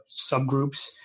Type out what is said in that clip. subgroups